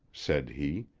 said he,